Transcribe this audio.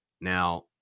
Now